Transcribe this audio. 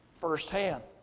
firsthand